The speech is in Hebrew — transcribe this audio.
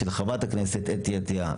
של ח"כ חוה אתי עטייה.